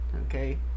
okay